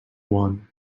one